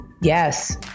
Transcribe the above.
yes